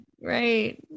right